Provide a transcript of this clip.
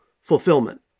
fulfillment